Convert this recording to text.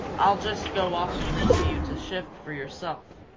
i'll just go off and leave you to shift for yourself.